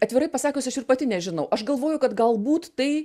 atvirai pasakius aš ir pati nežinau aš galvoju kad galbūt tai